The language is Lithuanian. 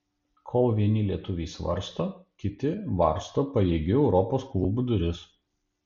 kol vieni lietuviai svarsto kiti varsto pajėgių europos klubų duris